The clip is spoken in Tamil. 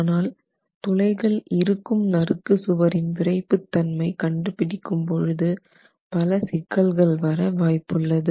ஆனால் துளைகள் இருக்கும் நறுக்கு சுவரின் விறைப்புத்தன்மை கண்டுபிடிக்கும் பொழுது பல சிக்கல்கள் வர வாய்ப்புள்ளது